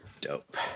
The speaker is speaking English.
Dope